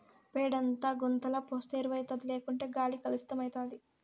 పేడంతా గుంతల పోస్తే ఎరువౌతాది లేకుంటే గాలి కలుసితమైతాది